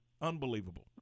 Unbelievable